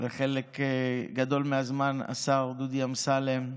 וחלק גדול מהזמן השר דודי אמסלם,